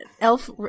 Elf